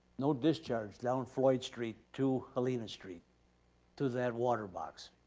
no discharge down floyd street to helena street to that water box.